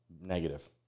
negative